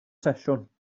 sesiwn